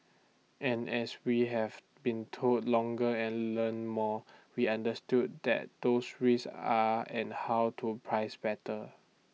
and as we have been told longer and learn more we understood what those risks are and how to price better